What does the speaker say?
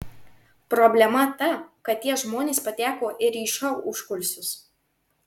problema ta kad tie žmonės pateko ir į šou užkulisius